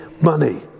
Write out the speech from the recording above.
money